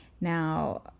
Now